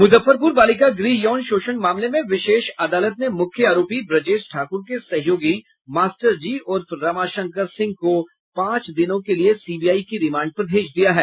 मुजफ्फरपुर बालिका गृह यौन शोषण मामले में विशेष अदालत ने मुख्य आरोपी ब्रजेश ठाकुर के सहयोगी मास्टर जी उर्फ रमाशंकर सिंह को पांच दिनों के लिये सीबीआई की रिमांड पर भेज दिया है